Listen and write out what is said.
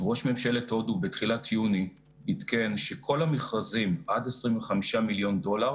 ראש ממשלת הודו בתחילת יוני עדכן שכל המכרזים עד 25 מיליון דולר